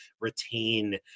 retain